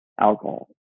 alcohol